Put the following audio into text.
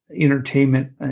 entertainment